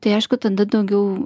tai aišku tada daugiau